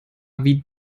wie